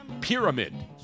Pyramid